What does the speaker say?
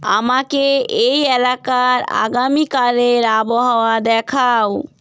আমাকে এই এলাকার আগামীকালের আবহাওয়া দেখাও